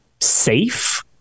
safe